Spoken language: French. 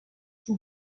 qui